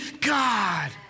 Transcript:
God